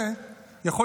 זה לא קרה.